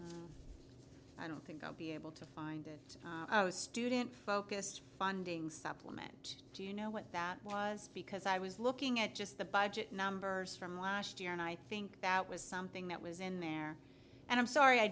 special i don't think i'll be able to find it was student focused funding supplement do you know what that was because i was looking at just the budget numbers from last year and i think that was something that was in there and i'm sorry i